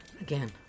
Again